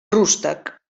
rústec